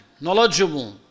knowledgeable